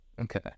Okay